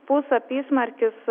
pūs apysmarkis